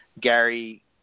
Gary